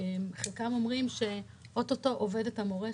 חלקם אומרים שאוטוטו אובדת המורשת.